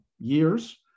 years